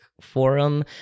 forum